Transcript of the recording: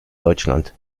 deutschland